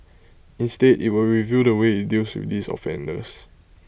instead IT will review the way IT deals with these offenders